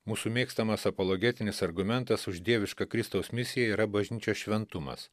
mūsų mėgstamas apologetinis argumentas už dievišką kristaus misiją yra bažnyčios šventumas